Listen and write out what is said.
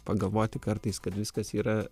pagalvoti kartais kad viskas yra